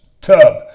tub